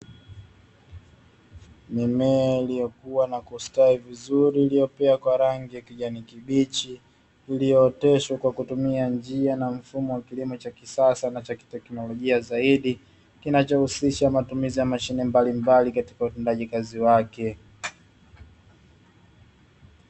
Mimea iliyokua na kustawi vizuri iliyopea kwa rangi ya kijani kibichi, iliyooteshwa kwa kutumia njia na mfumo wa kilimo cha kisasa na cha kiteknolojia zaidi, kinachohusisha matumizi ya mashine mbalimbali katika utendaji kazi wake.